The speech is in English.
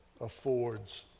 affords